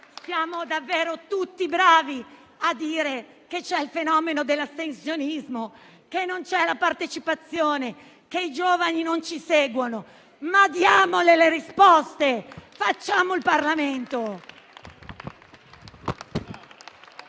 siamo davvero tutti bravi a dire che c'è il fenomeno dell'astensionismo, che non c'è la partecipazione, che i giovani non ci seguono. Ma diamo le risposte, facciamo il Parlamento!